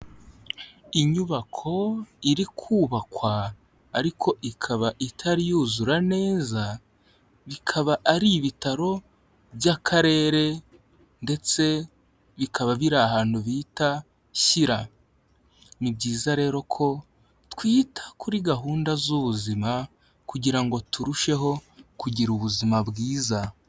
Inyubako iri kubakwa ariko ikaba itari yuzura neza, bikaba ari ibitaro by'akarere ndetse bikaba biri ahantu bita Shyira. Ni byiza rero ko twita kuri gahunda z'ubuzima kugira ngo turusheho kugira ubuzima bwiza.